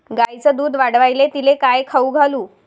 गायीचं दुध वाढवायले तिले काय खाऊ घालू?